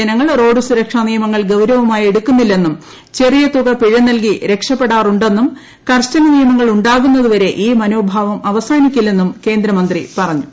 ജനങ്ങൾ റോഡ് സുരക്ഷാ നിയമങ്ങൾ ഗൌരവമായി എടുക്കുന്നില്ലെന്നും ചെറിയതുക പിഴ നൽകി രക്ഷപ്പെടാറുണ്ടെന്നും കർശന നിയമങ്ങൾ ഉണ്ടാകുന്നതുവരെ ഈ മനോഭാവം അവസാനിക്കില്ലെന്നും കേന്ദ്രമന്ത്രി പറഞ്ഞു